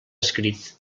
escrit